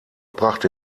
brachte